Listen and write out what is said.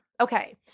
Okay